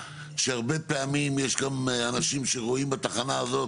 שהרבה פעמים יש אנשים שרואים בתחנה הזאת